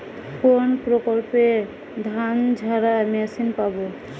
কোনপ্রকল্পে ধানঝাড়া মেশিন পাব?